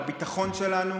בביטחון שלנו,